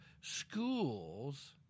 schools